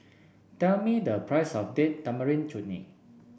tell me the price of Date Tamarind Chutney